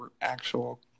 actual